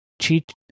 Cheat